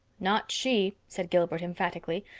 not she, said gilbert emphatically.